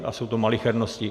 A jsou to malichernosti.